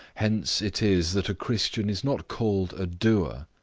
hence it is that a christian is not called a doer,